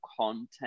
content